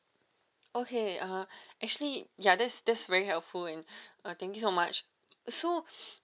okay uh actually ya that's that's very helpful in thank you so much so